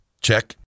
Check